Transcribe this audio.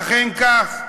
ואכן כך,